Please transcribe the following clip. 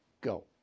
Go